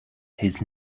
his